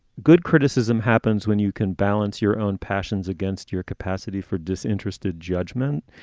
good criticism happens when you can balance your own passions against your capacity for disinterested judgment,